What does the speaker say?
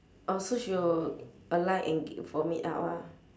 oh so she will alight and g~ vomit out ah